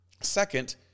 Second